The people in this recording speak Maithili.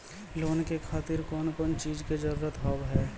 लोन के खातिर कौन कौन चीज के जरूरत हाव है?